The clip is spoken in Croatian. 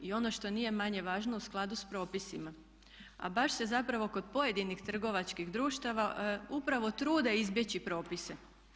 I ono što nije manje važno u skladu sa propisima, a baš se zapravo kod pojedinih trgovačkih društava upravo trude izbjeći propise.